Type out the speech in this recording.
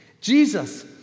Jesus